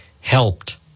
helped